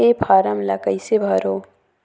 ये फारम ला कइसे भरो?